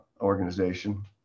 Organization